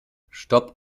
stopp